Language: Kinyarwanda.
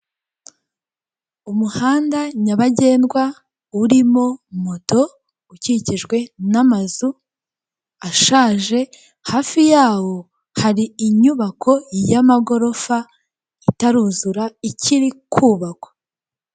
Umuhanda nyabagendwa urimo moto, ukikijwe n'amazu ashaje, hafi yawo hari inyubako y'amagorofa itaruzura ikiri kubakwa.